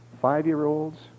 five-year-olds